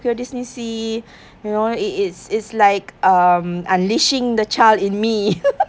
tokyo disneysea you know it it's it's like um unleashing the child in me